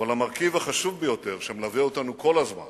אבל המרכיב החשוב ביותר, שמלווה אותנו כל הזמן